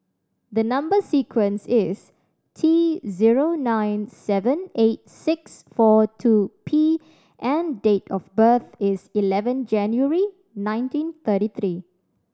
the number sequence is T zero nine seven eight six four two P and date of birth is eleven January nineteen thirty three